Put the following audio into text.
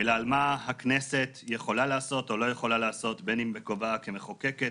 אלא על מה הכנסת יכולה לעשות או לא יכולה לעשות בין אם בכובעה כמחוקקת